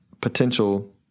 potential